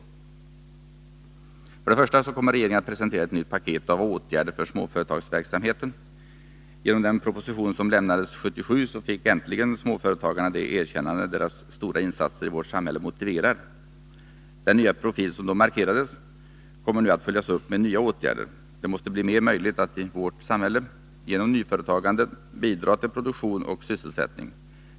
För det första kommer regeringen att presentera ett nytt paket av åtgärder för småföretagsverksamheten. Genom den proposition som lämnades 1977 fick äntligen småföretagarna det erkännande deras stora insatser i vårt samhälle motiverar. Den nya profil som då markerades kommer nu att följas upp med nya åtgärder. Det måste bli större möjligheter att i vårt samhälle — genom nyföretagandet — bidra till produktion och sysselsättning.